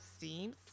seems